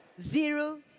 zero